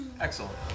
Excellent